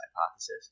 hypothesis